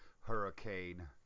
hurricane